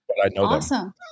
Awesome